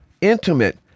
intimate